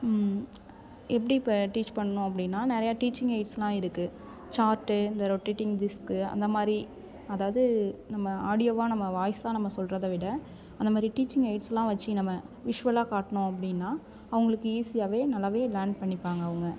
எப்படி இப்போ டீச் பண்ணனும் அப்படினா நிறைய டீச்சிங் கைட்ஸ்லாம் இருக்குது சார்ட்டு இந்த ரொடேட்டிங் டிஸ்க் அந்த மாதிரி அதாவது நம்ம ஆடியோவா நம்ம வாய்ஸாக நம்ம சொல்றதை விட அந்த மாதிரி டீச்சிங் கைட்ஸ்லாம் வச்சி நம்ம விசுவலாக காட்டினோம் அப்படினா அவங்களுக்கு ஈஸியாவே நல்லாவே லேர்ன் பண்ணிப்பாங்க அவங்க